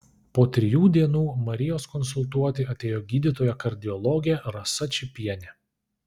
po trijų dienų marijos konsultuoti atėjo gydytoja kardiologė rasa čypienė